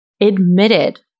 admitted